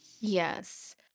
Yes